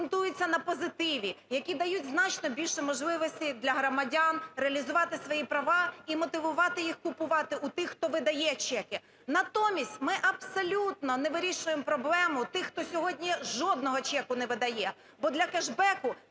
на позитиві, які дають значно більше можливостей для громадян реалізувати свої права і мотивувати їх купувати у тих, хто видає чеки? Натомість ми абсолютно не вирішуємо проблему тих, хто сьогодні жодного чеку не видає, бо для кешбеку